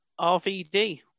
RVD